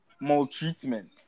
maltreatment